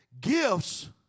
Gifts